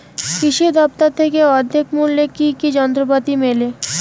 কৃষি দফতর থেকে অর্ধেক মূল্য কি কি যন্ত্রপাতি মেলে?